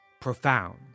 profound